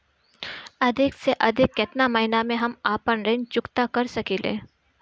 अधिक से अधिक केतना महीना में हम आपन ऋण चुकता कर सकी ले?